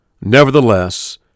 Nevertheless